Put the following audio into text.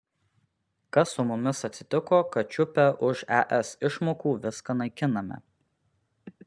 kas su mumis atsitiko kad čiupę už es išmokų viską naikiname